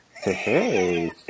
Hey